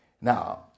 Now